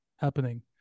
happening